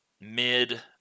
Mid